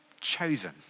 chosen